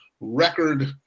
record